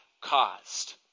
caused